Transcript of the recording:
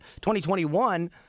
2021